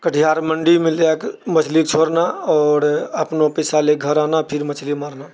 कटिहार मण्डीमे लऽ जाकऽ मछली छोड़ना आओर अपनो पैसा लए घर आना फिर मछली मारना